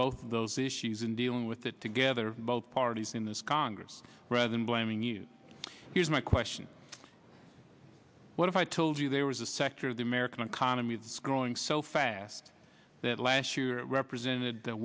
of those issues in dealing with it together both parties in this congress rather than blaming you here's my question what if i told you there was a sector of the american economy that's growing so fast that last year it represented th